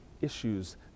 issues